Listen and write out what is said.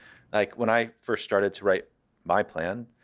like, when i first started to write my plan,